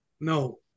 No